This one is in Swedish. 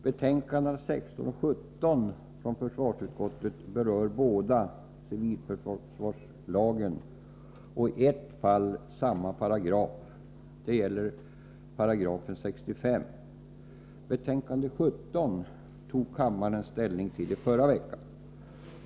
Betänkandena 16 och 17 från försvarsutskottet berör båda civilförsvarslagen och i ett fall samma paragraf. Det gäller 65 §. Betänkande 17 tog kammaren ställning till i förra veckan.